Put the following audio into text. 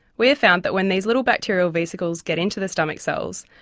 we have found that when these little bacterial vesicles get into the stomach cells,